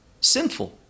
sinful